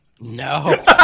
No